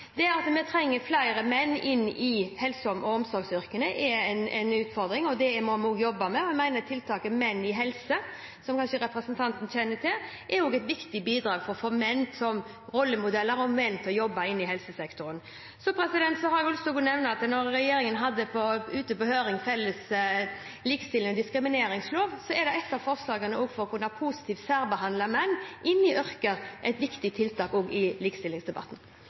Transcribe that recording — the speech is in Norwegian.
Det at vi trenger flere menn inn i helse- og omsorgsyrkene, er en utfordring, og det må vi også jobbe med. Jeg mener at tiltaket Menn i helse, som representanten kanskje kjenner til, også er et viktig bidrag for å få menn som rollemodeller og menn til å jobbe i helsesektoren. Så har jeg lyst til også å nevne at da regjeringen hadde forslaget til en felles likestillings- og diskrimineringslov ute på høring, var det et forslag også for å kunne positivt særbehandle menn inn i yrker – et viktig tiltak i likestillingsdebatten.